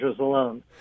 alone